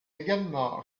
également